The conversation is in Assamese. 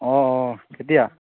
অঁ অঁ কেতিয়া